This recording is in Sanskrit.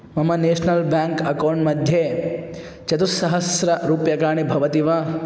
मम नेश्नल् बेङ्क् अकौण्ट् मध्ये चतुस्सहस्ररूप्यकाणि भवति वा